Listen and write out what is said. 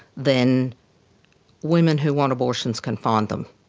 then women who want abortions can find them.